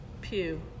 pew